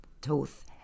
Toth